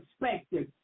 perspective